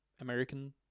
American